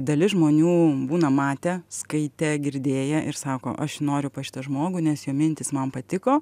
dalis žmonių būna matę skaitę girdėję ir sako aš noriu pas šitą žmogų nes jo mintys man patiko